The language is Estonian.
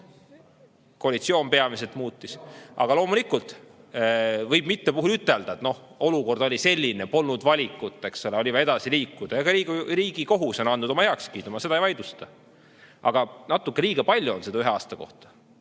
Koalitsioon on neid peamiselt muutnud. Aga loomulikult võib mitmel puhul ütelda, et olukord oli selline, polnud valikut ja oli vaja edasi liikuda. Ka Riigikohus on andnud oma heakskiidu, ma seda ei vaidlusta. Aga natuke liiga palju on seda ühe aasta kohta.